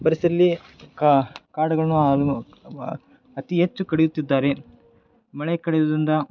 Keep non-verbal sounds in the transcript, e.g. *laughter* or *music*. ಪರಿಸರದಲ್ಲಿ ಕಾಡುಗಳನ್ನು *unintelligible* ಅತಿ ಹೆಚ್ಚು ಕಡಿಯುತ್ತಿದ್ದಾರೆ ಮಳೆ ಕಡಿಯೋದ್ರಿಂದ